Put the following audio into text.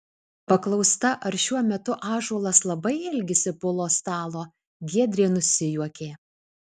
paklausta ar šiuo metu ąžuolas labai ilgisi pulo stalo giedrė nusijuokė